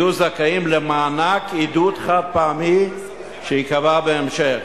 יהיו זכאים למענק עידוד חד-פעמי שייקבע בהמשך.